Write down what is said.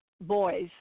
boys